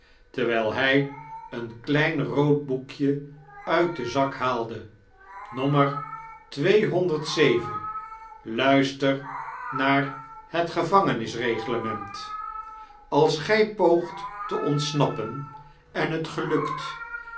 terwfll hy een klein rood boekje nit den zak haalde nommer tweehonderd zeven luister naar het gevangenisreglement als gjj poogt te ontsnappen en het geluk